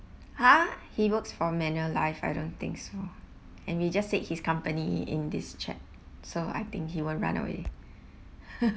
!huh! he works for manulife I don't think so and we just said his company in this chat so I think he won't run away